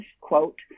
quote